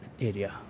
area